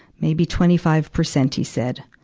maybe twenty five percent he said.